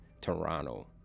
Toronto